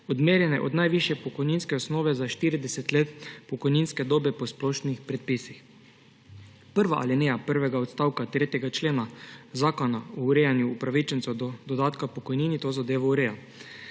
odmerjene od najvišje pokojninske osnove za 40 let pokojninske dobe po splošnih predpisih. Prva alineja prvega odstavka 3. člena zakona o urejanju upravičencev do dodatka k pokojnini to zadevo ureja.